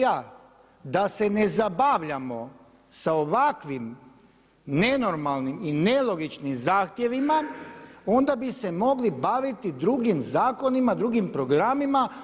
Da se ne zabavljamo sa ovakvim nenormalnim i nelogičnim zahtjevima, onda bi se mogli baviti drugim zakonima, drugim programima.